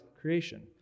creation